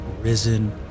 risen